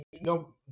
no